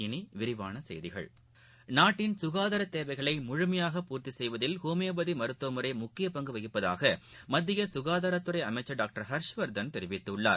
இனி விரிவான செய்திகள் நாட்டின் சுகாதாரத் தேவைகளை முழுமையாக பூர்த்தி செய்வதில் ஹோமியோபதி மருத்துவமுறை முக்கிய பங்கு வகிப்பதாக மத்திய சுகாதாரத்துறை அமைச்சர் டாக்டர் ஹர்ஷ் வர்தன் தெரிவித்துள்ளார்